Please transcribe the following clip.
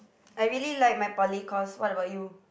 I really like my poly course what about you